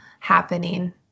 happening